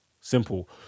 Simple